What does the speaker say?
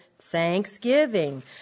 Thanksgiving